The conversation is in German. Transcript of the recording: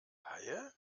haie